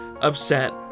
upset